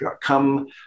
come